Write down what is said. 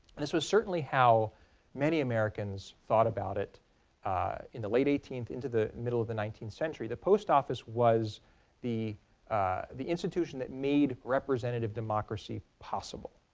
this was certainly how many americans thought about it into the late eighteenth into the middle of the nineteenth century. the post office was the the institution that made representative democracy possible.